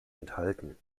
enthalten